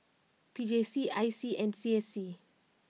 P J C I C and C S C